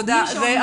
תודה רבה,